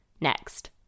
Next